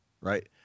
Right